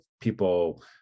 people